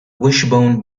wishbone